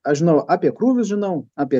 aš žinau apie krūvius žinau apie